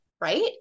right